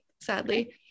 sadly